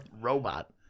Robot